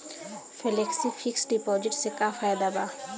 Flexi fix deposit से का फायदा भा?